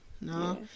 No